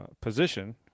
position